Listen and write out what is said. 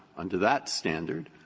under that standard,